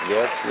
Yes